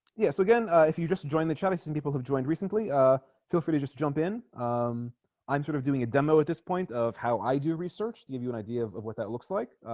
yes again if you just join the chinese ten people have joined recently ah feel free to just jump in i'm sort of doing a demo at this point of how i do research to give you an idea of of what that looks like